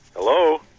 Hello